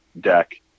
deck